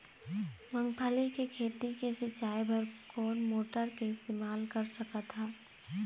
मूंगफली के खेती के सिचाई बर कोन मोटर के इस्तेमाल कर सकत ह?